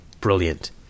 Brilliant